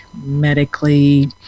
medically